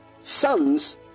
sons